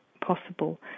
possible